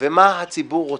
ומה הציבור רוצה?